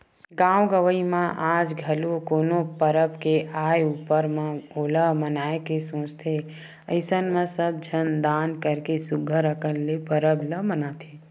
गाँव गंवई म आज घलो कोनो परब के आय ऊपर म ओला मनाए के सोचथे अइसन म सब झन दान करके सुग्घर अंकन ले परब ल मनाथे